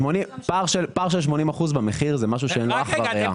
פער של 80% במחיר זה משהו שאין לו אח ורע.